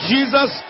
Jesus